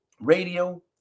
radio